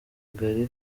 gary